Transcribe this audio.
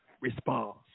response